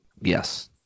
Yes